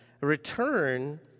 return